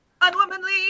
unwomanly